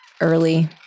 early